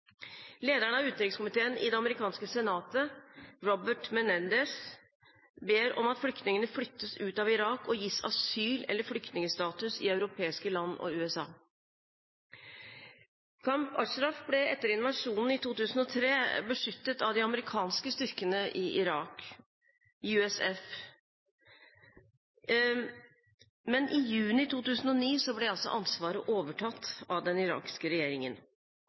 Lederen av utenrikskomiteen i det amerikanske senatet, Robert Menendez, ber om at flyktningene flyttes ut av Irak og gis asyl eller flyktningstatus i europeiske land og USA. Camp Ashraf ble etter invasjonen i 2003 beskyttet av de amerikanske styrkene i Irak, USF. Men i juni 2009 ble altså ansvaret overtatt av den irakiske regjeringen.